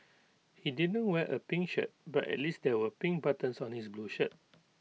he didn't wear A pink shirt but at least there were pink buttons on his blue shirt